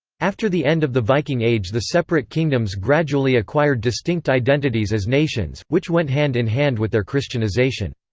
after the end of the viking age the separate kingdoms gradually acquired distinct identities as nations, which went hand-in-hand with their christianisation.